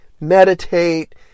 meditate